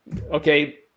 okay